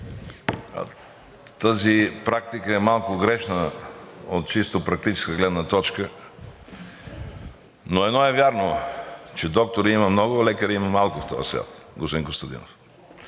Тази практика е малко грешна от чисто практическа гледна точка, но едно е вярно, че доктори има много, но лекари има малко в този свят, господин Костадинов.